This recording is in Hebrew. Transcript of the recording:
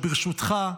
ברשותך,